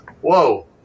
Whoa